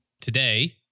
Today